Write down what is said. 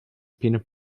peanut